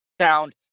sound